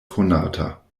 konata